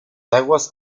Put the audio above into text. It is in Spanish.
aguas